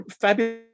fabulous